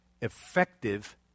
effective